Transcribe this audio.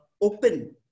open